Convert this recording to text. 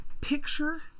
Picture